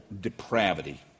depravity